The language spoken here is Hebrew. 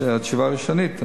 זו היתה תשובה ראשונית.